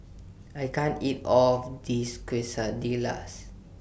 I can't eat All of This Quesadillas